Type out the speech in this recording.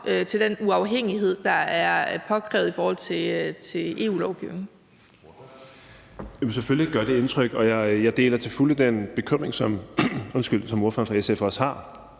til den uafhængighed, der er påkrævet i forhold til EU-lovgivningen.